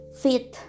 fit